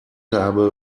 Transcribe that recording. habe